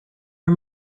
are